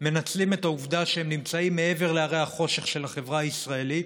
מנצלים את העובדה שהם נמצאים מעבר להרי החושך של החברה הישראלית,